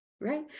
right